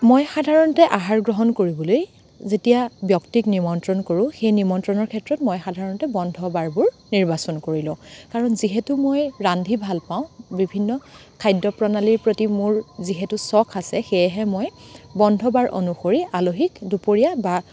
মই সাধাৰণতে আহাৰ গ্ৰহণ কৰিবলৈ যেতিয়া ব্যক্তিক নিমন্ত্ৰণ কৰোঁ সেই নিমন্ত্ৰণৰ ক্ষেত্ৰত মই সাধাৰণতে বন্ধ বাৰবোৰ নিৰ্বাচন কৰি লওঁ কাৰণ যিহেতু মই ৰান্ধি ভাল পাওঁ বিভিন্ন খাদ্য প্ৰণালীৰ প্ৰতি মোৰ যিহেতু চখ আছে সেয়েহে মই বন্ধবাৰ অনুসৰি আলহীক দুপৰীয়া বা